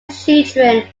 children